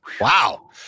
Wow